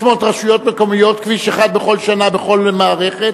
600 רשויות מקומיות, כביש אחד בכל שנה, בכל מערכת.